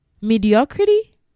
mediocrity